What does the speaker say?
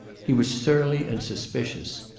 he was surly and suspicious.